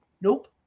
Nope